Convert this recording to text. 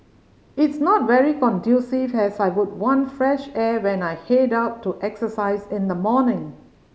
it's not very conducive as I would want fresh air when I head out to exercise in the morning